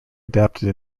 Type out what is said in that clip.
adapted